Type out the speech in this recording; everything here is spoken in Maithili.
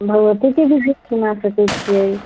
भगवतीके गीत सुना सकै छिए